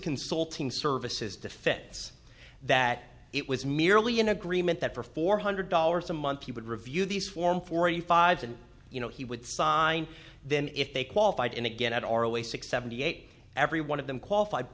consulting services defense that it was merely an agreement that for four hundred dollars a month he would review these form forty five's and you know he would sign them if they qualified and again at or away six seventy eight every one of them qualified